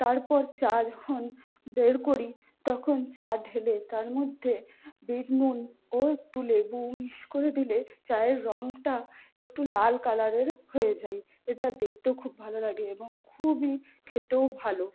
তারপর চা যখন বের করি তখন চা ঢেলে তার মধ্যে বিটনুন ও একটু লেবু মিক্সড করে দিলে চায়ের রঙটা একটু লাল কালারের হয়ে যায় এটা দেখতেও খুব ভালো লাগে এবং খুবই খেতেও ভালো